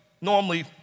normally